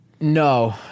No